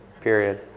Period